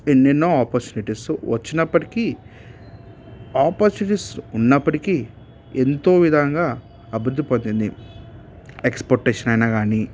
ఎన్నెన్నో ఆపర్చునిటీస్ వచ్చినప్పటికి ఆపర్చునిటీస్ ఉన్నప్పటికి ఎంతో విధంగా అభివృద్ధి పొందింది ఎక్స్పోర్ట్టేషన్ అయినా కానీ